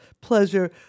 pleasure